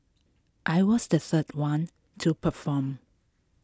I was the third one to perform